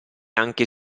anche